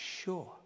sure